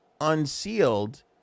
unsealed